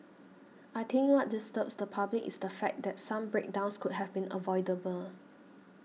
I think what disturbs the public is the fact that some breakdowns could have been avoidable